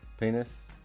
penis